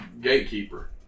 gatekeeper